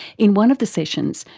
in one of the sessions,